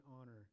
honor